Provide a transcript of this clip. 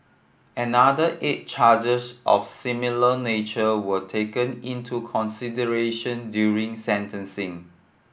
another eight charges of similar nature were taken into consideration during sentencing